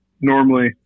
normally